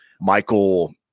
Michael